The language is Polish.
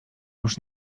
już